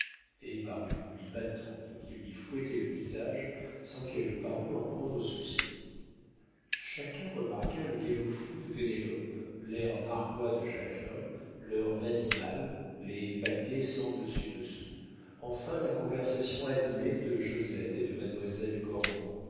et par une pluie battante qui lui fouettait le visage sans qu'elle parût en prendre souci chacun remarqua le galop fou de pénélope l'air narquois de jacquelin l'heure matinale les paquets cen dessus dessous enfin la conversation animée de josette et de mademoiselle